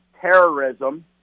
terrorism